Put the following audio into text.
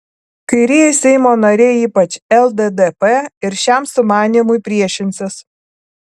kairieji seimo nariai ypač lddp ir šiam sumanymui priešinsis